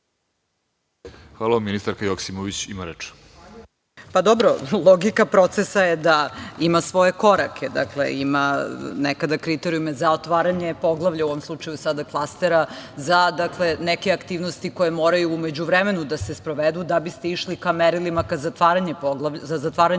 **Jadranka Joksimović** Zahvaljujem. Logika procesa je da ima svoje korake, ima nekada kriterijume za otvaranje poglavlja, u ovom slučaju sada klastera za neke aktivnosti koje moraju u međuvremenu da se sprovedu da biste išli ka merilima za zatvaranje poglavlja.